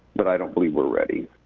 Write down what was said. but i don't believe we're ready.